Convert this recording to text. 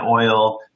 oil